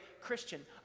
Christian